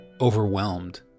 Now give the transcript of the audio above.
overwhelmed